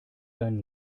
deinen